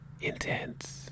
intense